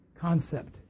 concept